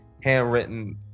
handwritten